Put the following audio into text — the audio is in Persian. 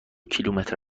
کیلومتر